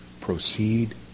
proceed